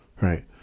Right